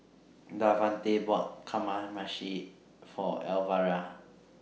Davante bought Kamameshi For Elvera